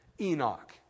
Enoch